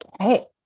Okay